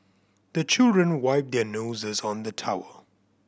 the children wipe their noses on the towel